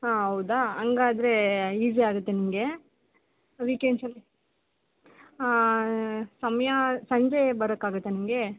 ಹಾಂ ಹೌದ ಹಂಗಾದ್ರೇ ಈಝಿ ಆಗುತ್ತೆ ನಿಮ್ಗೆ ವೀಕೆಂಡ್ಸಲ್ಲಿ ಸಮಯ ಸಂಜೆ ಬರೋಕಾಗತ್ತಾ ನಿಮಗೆ